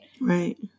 Right